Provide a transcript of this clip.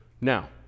Now